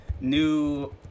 New